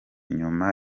nyuma